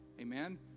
Amen